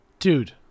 Dude